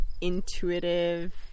intuitive